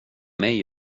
mig